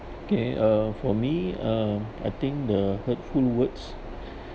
okay uh for me uh I think the hurtful words